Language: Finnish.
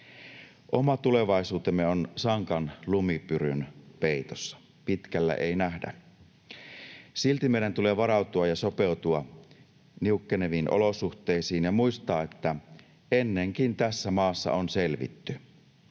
Oma tulevaisuutemme on sankan lumipyryn peitossa: pitkälle ei nähdä. Silti meidän tulee varautua ja sopeutua niukkeneviin olosuhteisiin ja muistaa, että ennenkin tässä maassa on selvitty.